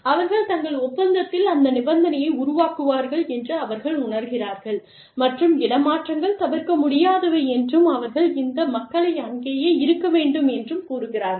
அவர்கள் தங்கள் ஒப்பந்தத்தில் அந்த நிபந்தனையை உருவாக்குவார்கள் என்று அவர்கள் உணர்கிறார்கள் மற்றும் இடமாற்றங்கள் தவிர்க்க முடியாதவை என்றும் அவர்கள் இந்த மக்களை அங்கேயே இருக்க வேண்டும் என்றும் கூறுகிறார்கள்